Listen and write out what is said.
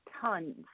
tons